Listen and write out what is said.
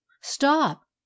stop